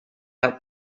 out